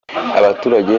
abaturage